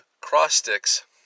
cross-sticks